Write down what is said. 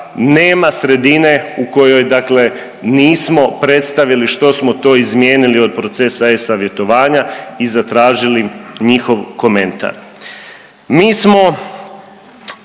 nema sredine u kojoj nismo predstavili što smo to izmijenili od procesa eSavjetovanja i zatražili njihov komentar.